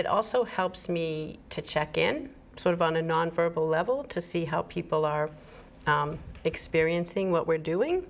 it also helps me to check in sort of on a non verbal level to see how people are experiencing what we're doing